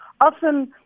often